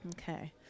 Okay